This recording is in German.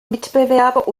mitbewerber